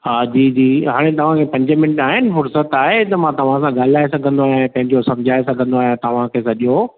हा जी जी हाणे तव्हां खे पंज मिंट आहिनि फ़ुरसत आहे त मां तव्हां सां ॻाल्हाए सघंदो आहियां पंहिंजो समझाए सघन्दो आहियां तव्हां खे सॼो